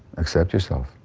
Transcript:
accept yourself